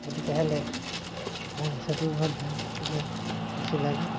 ଅଧିକା ହେଲେ ମଣିଷକୁ ମଧ୍ୟ ଟିକେ ଖୁସି ଲାଗେ